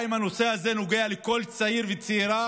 הנושא הזה נוגע לכל צעיר וצעירה